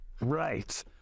Right